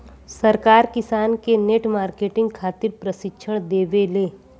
सरकार किसान के नेट मार्केटिंग खातिर प्रक्षिक्षण देबेले?